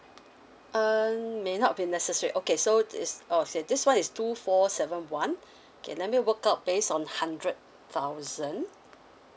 err may not be necessary okay so this orh say this one is two four seven one okay let me work out base on hundred thousand